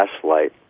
flashlight